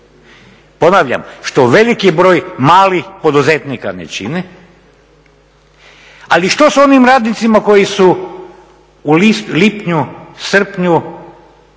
ponavljam što veliki broj malih poduzetnika ne čini. Ali što s onim radnicima koji su u lipnju, srpnju